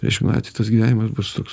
išmetitas gyvenimas bus toks